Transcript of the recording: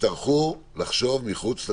יצטרכו לחשוב מחוץ לקופסא,